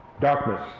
darkness